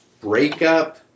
breakup